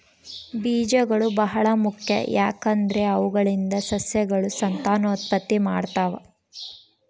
ಬೀಜಗಳು ಬಹಳ ಮುಖ್ಯ, ಯಾಕಂದ್ರೆ ಅವುಗಳಿಂದ ಸಸ್ಯಗಳು ಸಂತಾನೋತ್ಪತ್ತಿ ಮಾಡ್ತಾವ